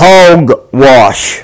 Hogwash